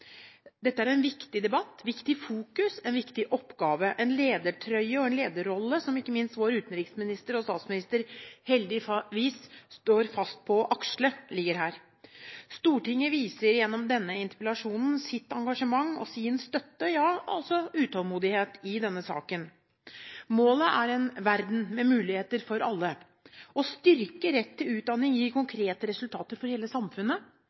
Dette er en viktig debatt, et viktig fokus, en viktig oppgave – en ledertrøye og en lederrolle som ikke minst vår utenriksminister og statsminister heldigvis står fast på at de vil aksle. Stortinget viser gjennom denne interpellasjonen sitt engasjement og sin støtte, ja utålmodighet i denne saken. Målet er en verden med muligheter for alle. Å styrke retten til utdanning gir konkrete resultater for hele samfunnet